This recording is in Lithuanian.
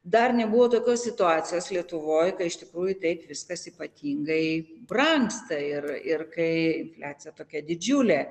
dar nebuvo tokios situacijos lietuvoj kai iš tikrųjų taip viskas ypatingai brangsta ir ir kai infliacija tokia didžiulė